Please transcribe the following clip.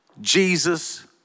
Jesus